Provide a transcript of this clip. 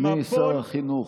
אדוני שר החינוך,